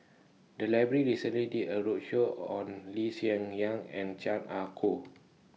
The Library recently did A roadshow on Lee Hsien Yang and Chan Ah Kow